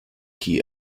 key